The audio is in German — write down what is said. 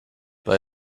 bei